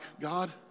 God